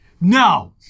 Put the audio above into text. No